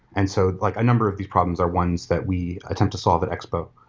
and so like a number of these problems are ones that we attempt to solve at expo.